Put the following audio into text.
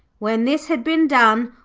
when this had been done,